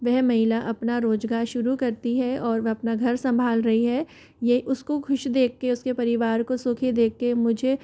वह महिला अपना रोज़गार शुरु करती है और वह अपना घर संभाल रही है ये उसको खुश देख के उसके परिवार को सुखी देख के मुझे